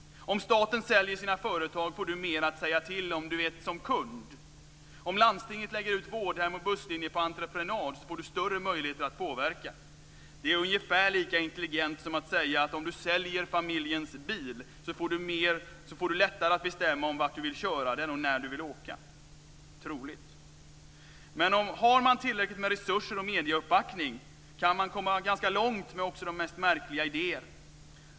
Om staten säljer sina företag får du mer att säga till om - du vet, som kund. Om landstinget lägger ut vårdhem och busslinjer på entreprenad får du större möjligheter att påverka. Det är ungefär lika intelligent som att säga att om du säljer familjens bil får du lättare att bestämma vart du vill köra den och när du vill åka - troligt! Men har man tillräckligt med resurser och medieuppbackning kan man komma ganska långt med också de mest märkliga idéer.